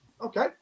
Okay